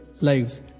lives